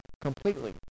completely